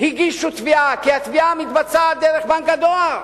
הגישו תביעה, כי היא מתבצעת דרך בנק הדואר.